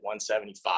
175